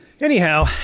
Anyhow